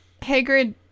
Hagrid